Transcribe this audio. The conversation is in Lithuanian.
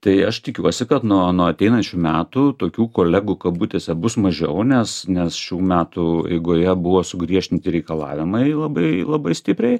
tai aš tikiuosi kad nuo nuo ateinančių metų tokių kolegų kabutėse bus mažiau nes nes šių metų eigoje buvo sugriežtinti reikalavimai labai labai stipriai